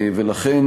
לכן,